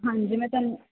ਹਾਂਜੀ ਮੈਂ ਤੁਹਾਨੂੰ